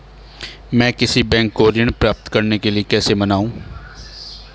मैं किसी बैंक को ऋण प्राप्त करने के लिए कैसे मनाऊं?